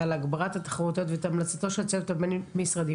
להגברת התחרותיות ואת המלצתו של הצוות הבין-משרדי,